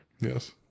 Yes